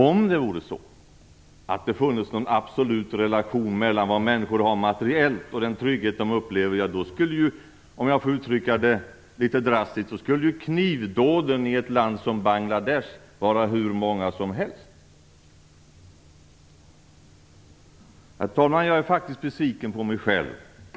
Om det vore så att det funnes en absolut relation mellan vad människor har materiellt och den trygghet de upplever, skulle, om jag får uttrycka det litet drastiskt, knivdåden i ett land som Bangladesh vara hur många som helst. Herr talman! Jag är faktiskt besviken på mig själv.